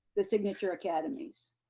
the signature academies.